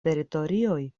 teritorioj